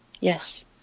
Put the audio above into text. Yes